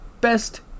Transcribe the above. best